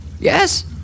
Yes